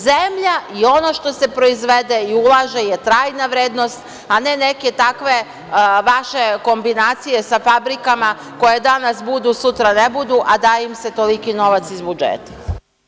Zemlja i ono što se proizvode i ulaže je trajna vrednost, a neke takve vaše kombinacije sa fabrikama koje danas budu, sutra ne budu, a daje im se toliki novac iz budžeta.